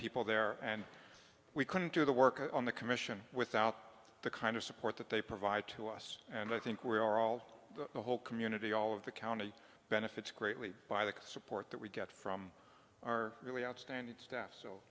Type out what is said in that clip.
people there and we couldn't do the work on the commission without the kind of support that they provide to us and i think we are all the whole community all of the county benefits greatly by the support that we get from our really outstanding staff so